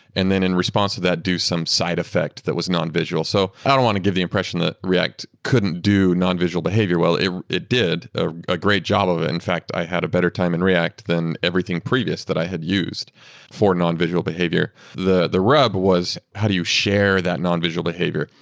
and then in response to that, do some side effect that was non-visual so i don't want to give the impression that react couldn't do non-visual behavior. well, it it did ah a great job of it. in fact, i had a better time in react than everything previous that i had used for non visual behavior. the the rub was how do you share that non-visual behavior?